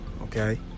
Okay